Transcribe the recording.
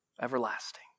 everlasting